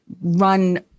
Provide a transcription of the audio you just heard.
run